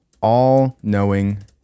all-knowing